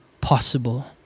possible